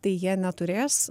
tai jie neturės